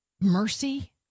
mercy